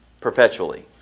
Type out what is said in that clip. perpetually